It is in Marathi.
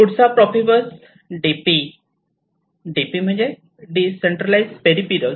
पुढचा प्रोफिबस DP DP म्हणजे डिसेंट्रलाइज पेरिफेरल्स